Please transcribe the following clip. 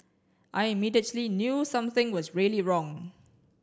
I immediately knew something was really wrong